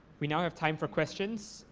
we now have time for questions.